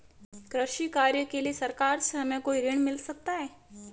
कृषि कार्य के लिए सरकार से हमें कोई ऋण मिल सकता है?